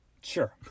Sure